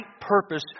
purpose